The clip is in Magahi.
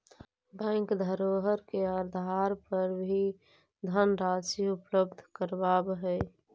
बैंक धरोहर के आधार पर भी धनराशि उपलब्ध करावऽ हइ